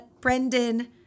Brendan